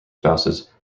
spouses